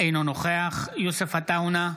אינו נוכח יוסף עטאונה,